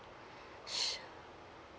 sure